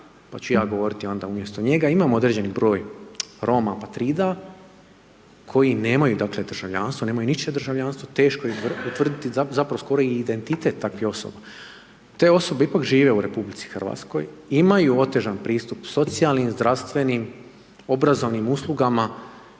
pa ću ja govoriti onda umjesto njega, imamo određeni broj Roma …/Govornik se ne razumije./…, koji nemaju dakle, državljanstvo, nemaju ničije državljanstvo, teško je utvrditi zapravo skoro identitet takvih osoba. Te osobe ipak žive u RH, imaju otežani pristup socijalnim, zdravstvenim, obrazovanim uslugama